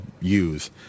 use